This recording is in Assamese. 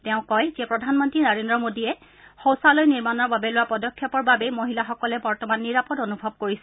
তেওঁ কয় যে প্ৰধানমন্ত্ৰী নৰেড্ৰ মোডীয়ে শৌচালয় নিৰ্মাণৰ বাবে লোৱা পদক্ষেপৰ বাবেই মহিলাসকলে বৰ্তমান নিৰাপদ অনুভৱ কৰিছে